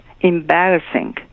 embarrassing